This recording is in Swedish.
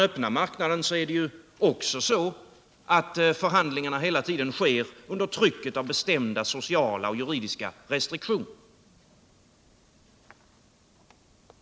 Även där sker förhandlingarna hela tiden under trycket av bestämda sociala och juridiska restriktioner.